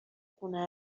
خونه